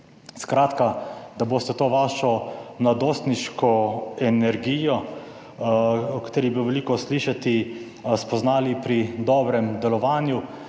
Skratka, da boste to vašo mladostniško energijo, o kateri je bilo veliko slišati, spoznali pri dobrem delovanju,